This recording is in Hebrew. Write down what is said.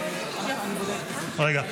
רגע.